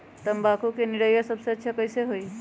तम्बाकू के निरैया सबसे अच्छा कई से होई?